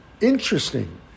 Interesting